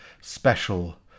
special